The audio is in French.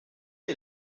est